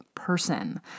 person